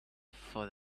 for